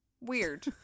Weird